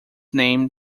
name